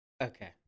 Okay